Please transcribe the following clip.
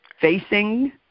facing